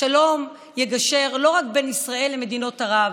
השלום יגשר לא רק בין ישראל למדינות ערב